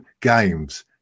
games